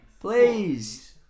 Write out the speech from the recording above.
Please